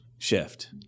Shift